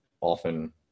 often